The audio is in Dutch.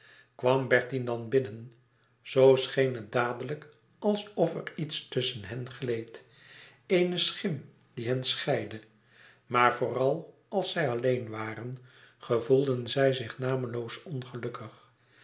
kwam bertie dan binnen zoo scheen het dadelijk alsof er iets tusschen hen gleed eene schim die hen scheidde maar vooral als zij alleen waren gevoelden zij zich nameloos ongelukkig